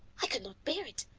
i could not bear it.